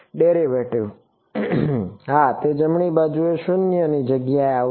derivative હા તે જમણી બાજુએ 0 ની જગ્યાએ આવશે